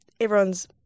everyone's